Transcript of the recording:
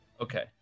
Okay